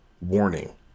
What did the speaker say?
warning